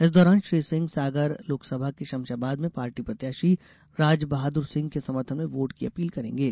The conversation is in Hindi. इस दौरान श्री सिंह सागर लोकसभा के शमशाबाद में पार्टी प्रत्याशी राजबहादुर सिंह के समर्थन में वोट की अपील करेंगे